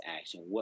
action